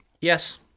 Yes